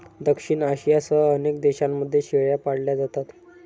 दक्षिण आशियासह अनेक देशांमध्ये शेळ्या पाळल्या जातात